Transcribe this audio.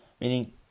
Meaning